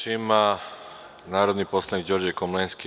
Reč ima narodni poslanik Đorđe Komlenski.